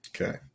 Okay